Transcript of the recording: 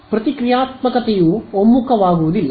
ಪ್ರತಿಕ್ರಿಯಾತ್ಮಕತೆಯು ಒಮ್ಮುಖವಾಗುವುದಿಲ್ಲ